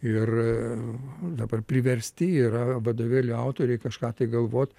ir dabar priversti yra vadovėlių autoriai kažką tai galvot